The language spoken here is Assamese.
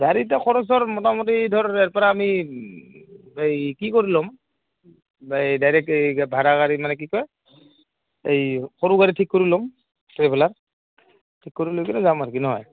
গাড়ীটো খৰচৰ মোটামুটি ধৰ ইয়াৰ পৰা আমি এই কি কৰি ল'ম এই ডাইৰেক্ট এই ভাড়া গাড়ী মানে কি কয় এই সৰু গাড়ী ঠিক কৰি ল'ম ট্ৰেভেলাৰ ঠিক কৰি লৈ কিনে যাম আৰু কি নহয়